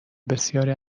بسیاری